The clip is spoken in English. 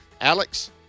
Alex